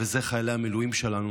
אלה חיילי המילואים שלנו,